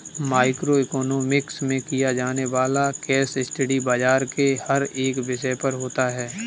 micro economics में किया जाने वाला केस स्टडी बाजार के हर एक विषय पर होता है